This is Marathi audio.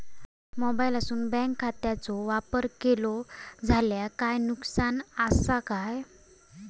मोबाईलातसून बँक खात्याचो वापर केलो जाल्या काय नुकसान असा काय?